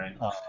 Right